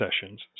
sessions